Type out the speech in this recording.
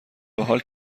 بحال